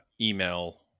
email